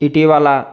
ఇటీవల